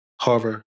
Harvard